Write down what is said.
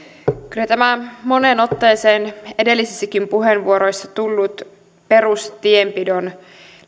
kyllä tämä moneen otteeseen edellisissäkin puheenvuoroissa tullut perustienpidon